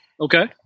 Okay